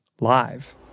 live